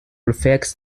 reflects